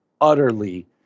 utterly